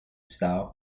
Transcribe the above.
style